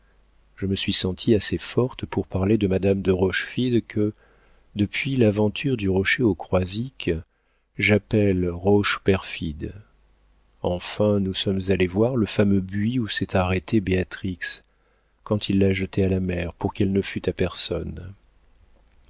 je me suis sentie assez forte pour parler de madame de rochefide que depuis l'aventure du rocher au croisic l'appelle rocheperfide enfin nous sommes allés voir le fameux buis où s'est arrêtée béatrix quand il l'a jetée à la mer pour qu'elle ne fût à personne